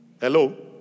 Hello